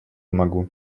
могу